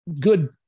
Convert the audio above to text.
good